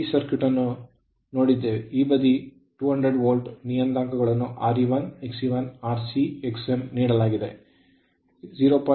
ನಾವು ಈ ಸರ್ಕ್ಯೂಟ್ ಅನ್ನು ನೋಡಿದ್ದೇವೆ ಈ ಬದಿ 200 ವೋಲ್ಟ್ ನಿಯತಾಂಕಗಳನ್ನು Re1 Xe1 Rc X m ನೀಡಲಾಗಿದೆ 0